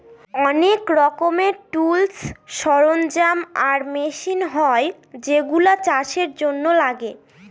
অনেক রকমের টুলস, সরঞ্জাম আর মেশিন হয় যেগুলা চাষের জন্য লাগে